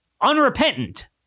unrepentant